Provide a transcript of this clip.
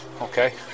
Okay